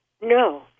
No